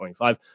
$25